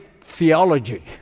theology